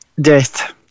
death